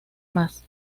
más